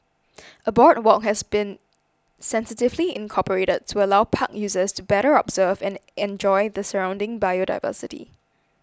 a boardwalk has also been sensitively incorporated to allow park users to better observe and enjoy the surrounding biodiversity